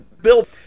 Bill